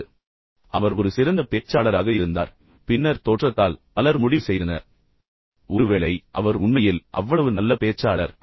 இப்போது அவர் ஒரு சிறந்த பேச்சாளராக இருந்தார் ஆனால் பின்னர் தோற்றத்தால் பலர் முடிவு செய்தனர் ஒருவேளை அவர் உண்மையில் அவ்வளவு நல்ல பேச்சாளர் அல்ல